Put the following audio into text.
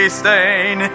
stain